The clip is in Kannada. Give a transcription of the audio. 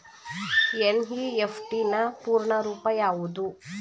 ಎನ್.ಇ.ಎಫ್.ಟಿ ನ ಪೂರ್ಣ ರೂಪ ಯಾವುದು?